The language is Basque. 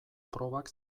probak